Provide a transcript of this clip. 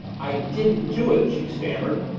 i didn't do it! she stammered,